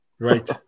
Right